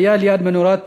היה ליד מנורת